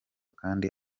kandi